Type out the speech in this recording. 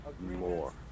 more